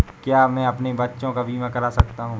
क्या मैं अपने बच्चों का बीमा करा सकता हूँ?